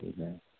Amen